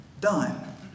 done